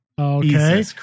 Okay